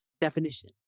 definition